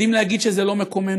יודעים להגיד שזה לא מקומנו.